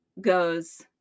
goes